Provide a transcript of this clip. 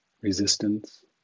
resistance